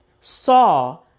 saw